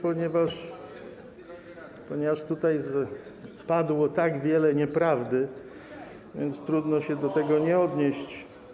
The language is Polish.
Ponieważ tutaj padło tak wiele nieprawdy, więc trudno się do tego nie odnieść.